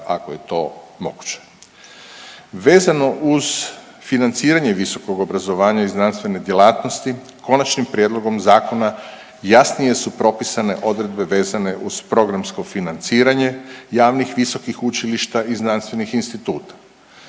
ako je to moguće. Vezano uz financiranje visokog obrazovanja i znanstvene djelatnosti konačnim prijedlogom zakona jasnije su propisane odredbe vezane uz programsko financiranje javnih visokih učilišta i znanstvenih instituta.